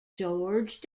george